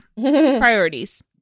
priorities